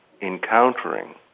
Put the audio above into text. encountering